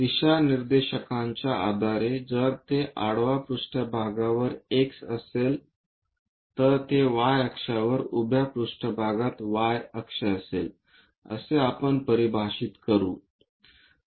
दिशानिर्देशांच्या आधारे जर ते आडवा पृष्ठभागवर x अक्ष असेल तर ते y अक्षावर उभ्या पृष्ठभागात y अक्ष असेल असे आपण परिभाषित करू